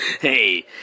hey